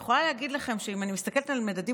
אני יכולה להגיד לכם שאם אני מסתכלת על מדדים